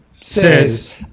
says